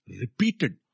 Repeated